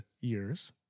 years